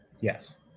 Yes